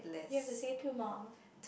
you have to say two more